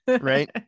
right